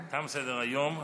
תם סדר-היום.